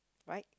right